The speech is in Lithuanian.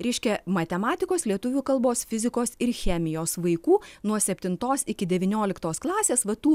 reiškia matematikos lietuvių kalbos fizikos ir chemijos vaikų nuo septintos iki devynioliktos klasės va tų